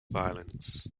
violence